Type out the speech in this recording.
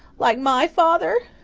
like my father?